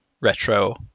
retro